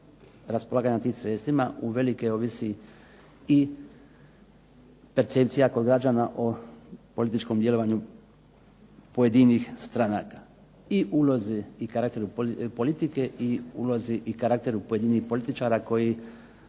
raspolaganja tim sredstvima uvelike ovisi i percepcija kod građana o političkom djelovanju pojedinih stranaka i ulozi i karakteru politike i ulozi i karakteru pojedinih političara koji